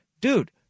dude